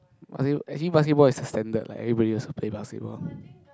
act~ actually basketball is a standard leh like everybody also play basketball